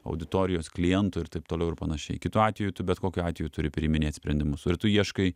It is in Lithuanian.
auditorijos klientu ir taip toliau ir panašiai kitu atveju tu bet kokiu atveju turi priiminėt sprendimus ir tu ieškai